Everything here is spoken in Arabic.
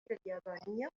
اليابانية